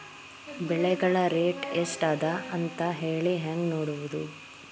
ಬೆಳೆಗಳ ರೇಟ್ ಎಷ್ಟ ಅದ ಅಂತ ಹೇಳಿ ಹೆಂಗ್ ನೋಡುವುದು?